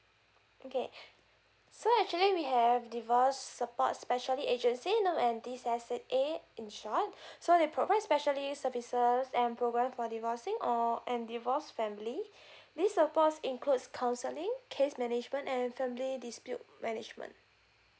okay so actually we have divorce support specialist agencies known as D_S_A in short so they provide specialist services and program for divorcing or and divorced family this support includes counselling case management and family dispute management